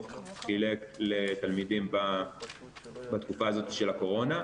חילק לתלמידים בתקופה הזאת של הקורונה,